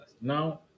Now